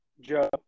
Joe